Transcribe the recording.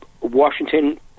Washington